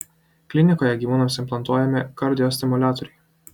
klinikoje gyvūnams implantuojami kardiostimuliatoriai